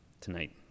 tonight